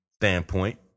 standpoint